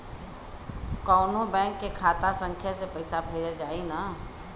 कौन्हू बैंक के खाता संख्या से पैसा भेजा जाई न?